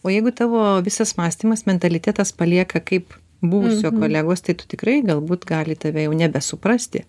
o jeigu tavo visas mąstymas mentalitetas palieka kaip buvusio kolegos tai tu tikrai galbūt gali tave jau nebe suprasti